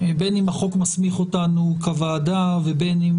בין אם החוק מסמיך אותנו כוועדה ובין אם